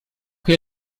che